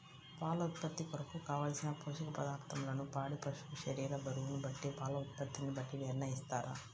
పాల ఉత్పత్తి కొరకు, కావలసిన పోషక పదార్ధములను పాడి పశువు శరీర బరువును బట్టి పాల ఉత్పత్తిని బట్టి నిర్ణయిస్తారా?